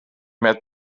met